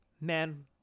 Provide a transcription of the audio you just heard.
Man